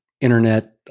internet